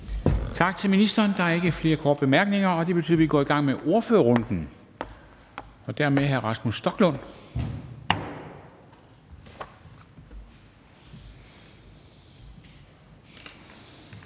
Tak til ministeren. Der er ikke flere korte bemærkninger, og det betyder, at vi går i gang med ordførerrunden og dermed hr. Rasmus Stoklund,